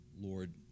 Lord